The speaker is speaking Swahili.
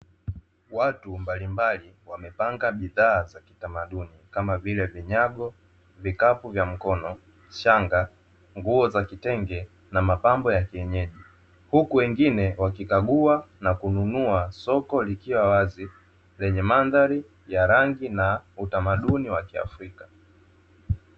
Watu mbalimbali wamepanga bidhaa za kitamaduni kama vile vinyago, vikapu vya mkono, shanga, nguo za kitenge na mapambo ya kienyeji. Huku wengine wakikagua na kununua soko likiwa wazi, lenye madhari ya rangi, na utamaduni wa kiafrika.